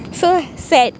so sad